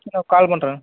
நான் கால் பண்ணுறேங்க